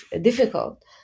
difficult